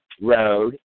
road